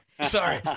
Sorry